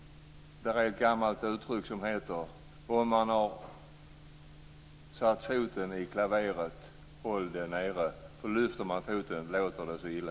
Det finns ett gammalt uttryck som lyder: om man har satt foten i klaveret skall man hålla den nere. Lyfter man foten låter det så illa.